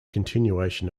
continuation